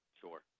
Sure